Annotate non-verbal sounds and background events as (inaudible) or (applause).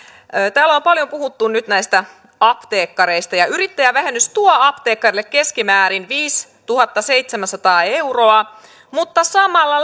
täällä on paljon puhuttu nyt näistä apteekkareista ja yrittäjävähennys tuo apteekkarille keskimäärin viisituhattaseitsemänsataa euroa mutta samalla (unintelligible)